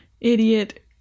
idiot